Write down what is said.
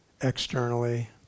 externally